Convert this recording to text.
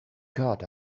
got